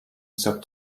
sub